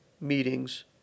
meetings